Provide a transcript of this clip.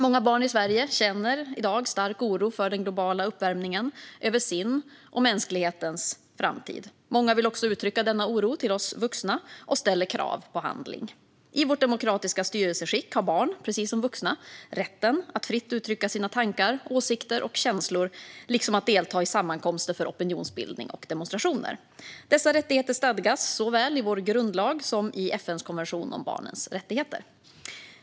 Många barn i Sverige känner i dag stark oro för den globala uppvärmningen och över sin och mänsklighetens framtid. Många vill också uttrycka denna oro till oss vuxna och ställer krav på handling. I vårt demokratiska styrelseskick har barn precis som vuxna rätten att fritt uttrycka sina tankar, åsikter och känslor liksom att delta i sammankomster för opinionsbildning och demonstrationer. Dessa rättigheter stadgas såväl i vår grundlag som i FN:s konvention om barnets rättigheter.